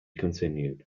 continued